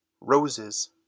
Roses